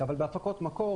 אבל ההפקות מקור,